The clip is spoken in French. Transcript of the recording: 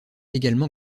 également